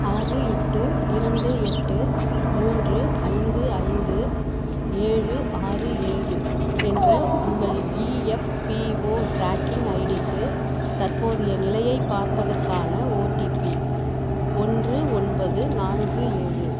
ஆறு எட்டு இரண்டு எட்டு மூன்று ஐந்து ஐந்து ஏழு ஆறு ஏழு என்ற உங்கள் இஎஃப்பிஓ ட்ராக்கிங் ஐடிக்கு தற்போதைய நிலையைப் பார்ப்பதற்கான ஓடிபி ஒன்று ஒன்பது நான்கு ஏழு